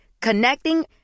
Connecting